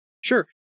sure